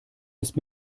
ist